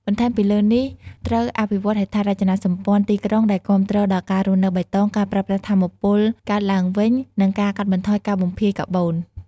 បន្ថែមពីលើនេះត្រូវអភិវឌ្ឍន៍ហេដ្ឋារចនាសម្ព័ន្ធទីក្រុងដែលគាំទ្រដល់ការរស់នៅបៃតង ការប្រើប្រាស់ថាមពលកកើតឡើងវិញ និងការកាត់បន្ថយការបំភាយកាបូន។